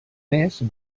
més